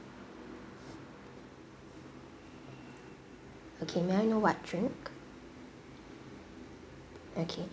okay may I know what drink okay